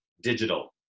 digital